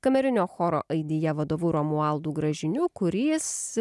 kamerinio choro aidije vadovu romualdu gražiniu kuris